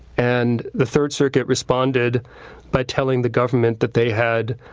and the third circuit responded by telling the government that they had,